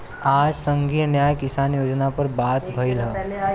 आज संघीय न्याय किसान योजना पर बात भईल ह